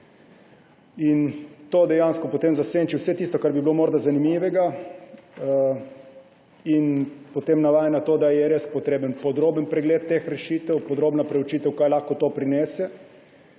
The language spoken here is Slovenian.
To dejansko potem zasenči vse tisto, kar bi bilo morda zanimivega, in potem navaja na to, da je res potreben podroben pregled teh rešitev, podrobna preučitev, kaj lahko to prinese,